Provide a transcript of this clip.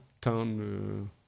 town